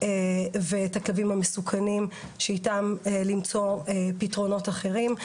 ואת הכלבים המסוכנים שאיתם למצוא פתרונות אחרים,